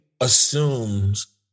assumes